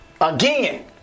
Again